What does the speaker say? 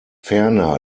ferner